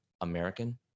american